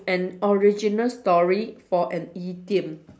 an original story for an idiom